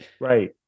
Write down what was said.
right